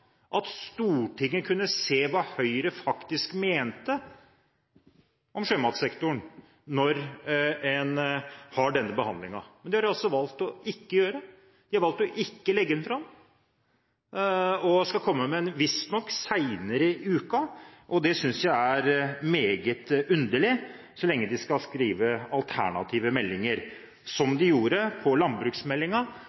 at Stortinget kunne se hva Høyre mente om sjømatsektoren når en har denne behandlingen. Men det har de altså valgt ikke å gjøre. De har valgt ikke å legge den fram, men skal visstnok komme med den senere i uken. Det synes jeg er meget underlig, så lenge de skal skrive alternative meldinger,